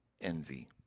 envy